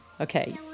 Okay